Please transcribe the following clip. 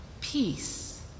peace